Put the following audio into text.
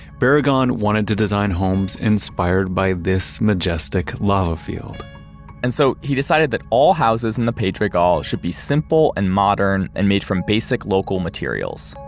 barragan wanted to design homes inspired by this majestic lava field and so, he decided that all houses in the pedregal should be simply, and modern, and made from basic local materials.